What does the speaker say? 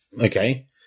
Okay